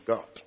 God